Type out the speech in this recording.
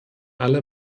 alle